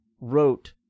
wrote